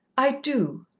i do,